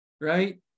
right